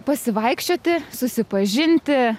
pasivaikščioti susipažinti